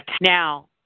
Now